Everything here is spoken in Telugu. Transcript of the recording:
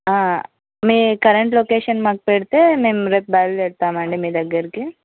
మీ కరెంట్ లొకేషన్ మాకు పెడితే మేము రేపు బయలుదేరుతాము అండి మీ దగ్గరికి